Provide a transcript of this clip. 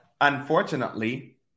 unfortunately